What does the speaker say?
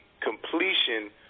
completion